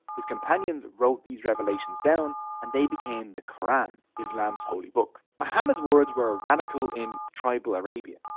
his companions wrote these revelations down and they became the quran, islam's holy book. muhammad's words were radical in tribal arabia.